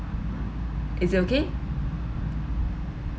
is it okay